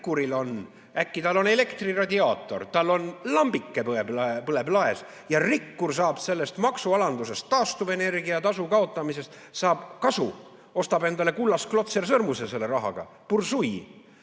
rikkuril on äkki elektriradiaator, tal lambike põleb laes ja rikkur saab sellest maksualandusest, taastuvenergia tasu kaotamisest kasu, ta ostab endale kullast klotsersõrmuse selle raha eest.